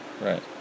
Right